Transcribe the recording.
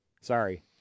Sorry